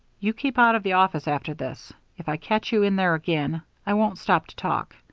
you keep out of the office after this. if i catch you in there again, i won't stop to talk.